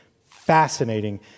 fascinating